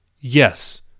Yes